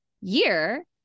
year